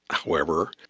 however,